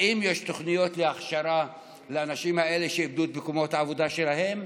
האם יש תוכניות הכשרה לאנשים האלה שאיבדו את מקומות העבודה שלהם?